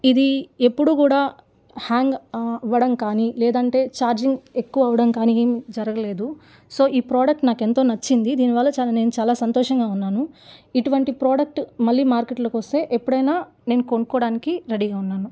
ఇది ఎప్పుడు కూడా హ్యాంగ్ అవ్వడం కాని లేదంటే ఛార్జింగ్ ఎక్కువ అవ్వడం కాని జరగలేదు సో ఈ ప్రోడక్ట్ నాకెంతో నచ్చింది దీని వల్ల చాలా నేను చాలా సంతోషంగా ఉన్నాను ఇటువంటి ప్రోడక్ట్ మళ్ళీ మార్కెట్లోకి వస్తే ఎప్పుడైనా నేను కొనుక్కోవడానికి రెడీగా ఉన్నాను